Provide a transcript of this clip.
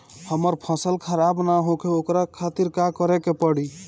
हमर फसल खराब न होखे ओकरा खातिर का करे के परी?